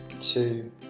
two